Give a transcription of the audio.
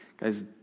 Guys